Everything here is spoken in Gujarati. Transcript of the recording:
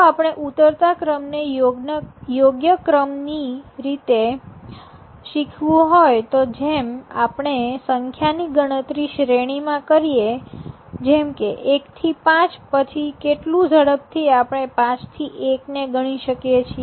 જો આપણે ઉતરતા ક્રમને યોગ્ય ક્રમ ની રીતે શીખવું હોય તો જેમ આપણે સંખ્યાની ગણતરી શ્રેણી માં કરીએ જેમકે ૧ થી ૫ પછી કેટલું ઝડપથી આપણે ૫ થી ૧ ને ગણી શકીએ છીએ